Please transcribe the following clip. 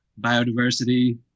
biodiversity